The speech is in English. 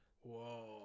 Whoa